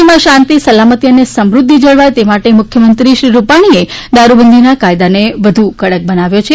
રાજ્યમાં શાંતિ સલામતી અને સમૃદ્ધિ જળવાથ તે માટે મુખ્યમંત્રી રૂપાણીએ દારૂબંધીના કાયદાને વધુ કડક બનાવ્યો છે